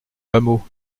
hameau